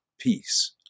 peace